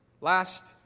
last